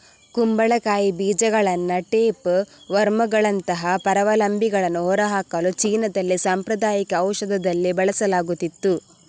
ಕುಂಬಳಕಾಯಿ ಬೀಜಗಳನ್ನ ಟೇಪ್ ವರ್ಮುಗಳಂತಹ ಪರಾವಲಂಬಿಗಳನ್ನು ಹೊರಹಾಕಲು ಚೀನಾದಲ್ಲಿ ಸಾಂಪ್ರದಾಯಿಕ ಔಷಧದಲ್ಲಿ ಬಳಸಲಾಗುತ್ತಿತ್ತು